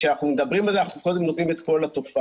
כשאנחנו מדברים על זה אנחנו קודם נותנים את כל התופעה.